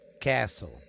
Castle